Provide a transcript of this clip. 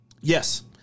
Yes